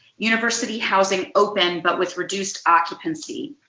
university housing open but with reduced occupancy.